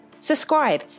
subscribe